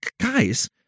guys